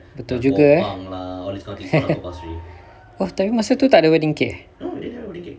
betul juga !wah! tapi masa tu tak ada wedding cake